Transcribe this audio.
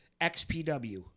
xpw